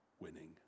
winning